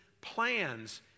plans